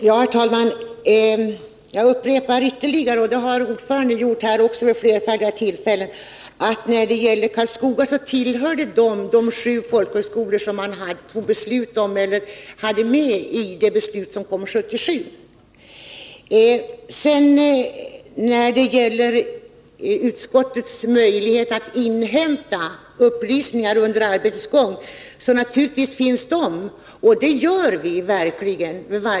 Herr talman! Jag upprepar, vilket utskottets ordförande också har gjort vid flerfaldiga tillfällen, att Karlskoga tillhör de sju skolor som fanns med i det beslut som fattades 1977. Naturligtvis har utskottet möjlighet att inhämta upplysningar under arbetets gång, och det gör det verkligen.